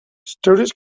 students